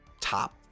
top